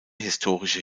historische